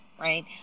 right